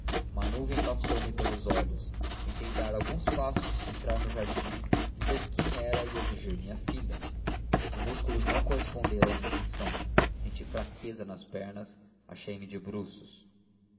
uma nuvem passou-me pelos olhos tentei dar alguns passos entrar no jardim dizer quem era e exigir minha filha os músculos não corresponderam à intenção senti fraqueza nas pernas achei-me de bruços